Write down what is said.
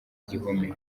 gihome